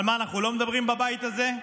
על מה אנחנו לא מדברים בבית הזה?